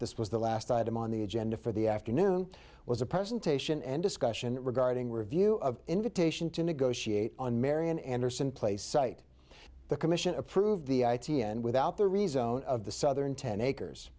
this was the last item on the agenda for the afternoon was a presentation and discussion regarding review of invitation to negotiate on marian anderson play site the commission approved the i t n without the rezone of the southern ten acres